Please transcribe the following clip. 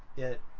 it